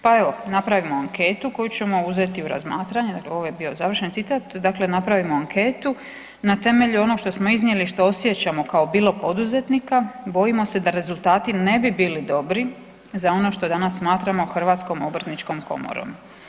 Pa evo, napravimo anketu koju ćemo uzeti u razmatranje, dakle ovo je bio završen citat, dakle napravimo anketu na temelju onog što smo iznijeli, što osjećamo kao bilo poduzetnika, bojimo se da rezultati ne bi bili dobri za ono što danas smatramo HOK-om.